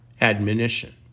admonition